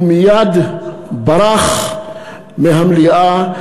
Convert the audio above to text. ומייד ברח מהמליאה,